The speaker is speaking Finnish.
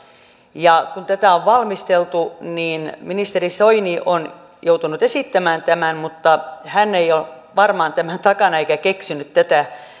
on valmisteltu niin ministeri soini on joutunut esittämään tämän mutta hän ei ole varmaan tämän takana eikä keksinyt tätä